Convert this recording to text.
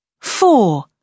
Four